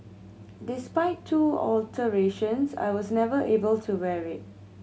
despite two alterations I was never able to wear it